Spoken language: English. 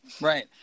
Right